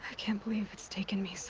can't believe it's taken me so